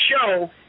show